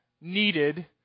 Needed